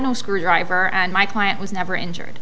no screwdriver and my client was never injured